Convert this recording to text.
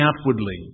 outwardly